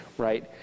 right